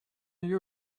you